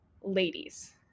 Ladies